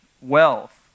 wealth